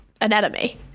anatomy